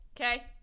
Okay